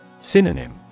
Synonym